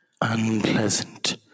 Unpleasant